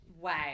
Wow